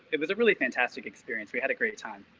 it was a really fantastic experience. we had a great time.